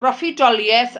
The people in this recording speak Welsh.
broffwydoliaeth